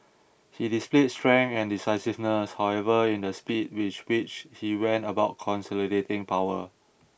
he displayed strength and decisiveness however in the speed with which he went about consolidating power